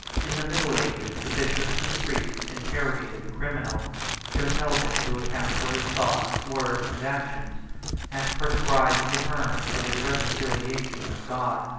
in the middle ages, the bishops and priests interrogated the criminal compelled him to account for his thoughts, words, and actions and prescribed the terms of his reconciliation with god.